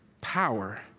power